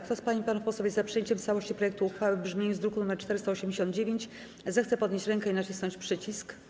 Kto z pań i panów posłów jest za przyjęciem w całości projektu uchwały w brzmieniu z druku nr 489, zechce podnieść rękę i nacisnąć przycisk.